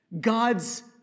God's